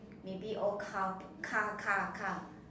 maybe all car car car car